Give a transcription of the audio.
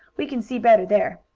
we can see better there.